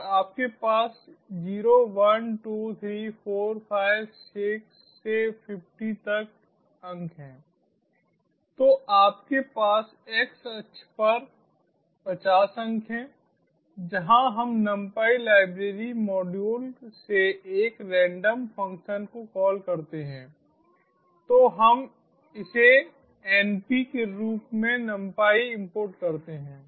तो आपके पास 0123456 से 50 तक हैं तो आपके पास x अक्ष पर 50 अंक हैं जहाँ हम numpy लाइब्रेरी मॉड्यूल से एक रैंडम फ़ंक्शन को कॉल करते हैं तो हम इसे np के रूप में numpy इम्पोर्ट करते हैं